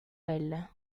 elle